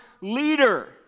leader